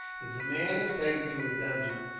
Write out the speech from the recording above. if the man is taken to a dungeon,